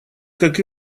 как